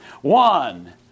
One